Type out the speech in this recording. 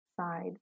side